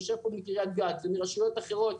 יושבים פה מקריית גת ומרשויות אחרות,